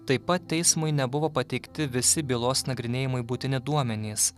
taip pat teismui nebuvo pateikti visi bylos nagrinėjimui būtini duomenys